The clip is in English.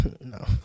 No